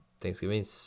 Thanksgiving